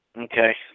okay